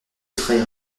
trahir